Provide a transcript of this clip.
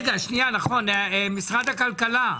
משרד הכלכלה,